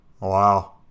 Wow